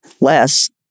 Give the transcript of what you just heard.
less